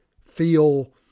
feel